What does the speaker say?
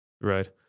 right